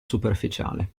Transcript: superficiale